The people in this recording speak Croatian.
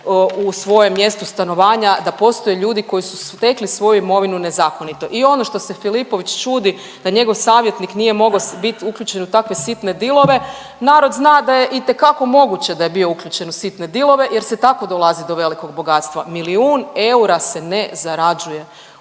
u svojem mjestu stanovanja da postoje ljudi koji su stekli svoju imovinu nezakonito. I ono što se Filipović čudi da njegov savjetnik nije mogao bit uključen u takve sitne dilove, narod zna da je itekako moguće da je bio uključen u sitne dilove jer se tako dolazi do velikog bogatstva, milijun eura se ne zarađuje,